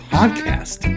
Podcast